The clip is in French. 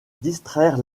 distraire